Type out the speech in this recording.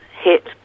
hit